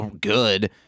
good